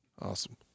Awesome